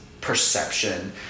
perception